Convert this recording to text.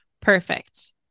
Perfect